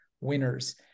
winners